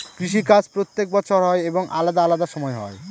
কৃষি কাজ প্রত্যেক বছর হয় এবং আলাদা আলাদা সময় হয়